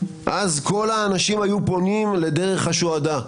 אז כל האנשים היו פונים לדרך השוהדא.